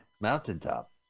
Mountaintop